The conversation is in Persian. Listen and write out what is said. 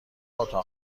اتاق